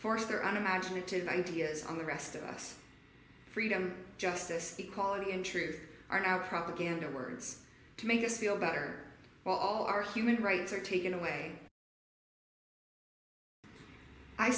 force their own imaginative ideas on the rest of us freedom justice equality and truth are our propaganda words to make us feel better while all our human rights are taken away i